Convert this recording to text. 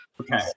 okay